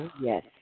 Yes